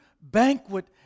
banquet